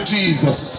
Jesus